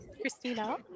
Christina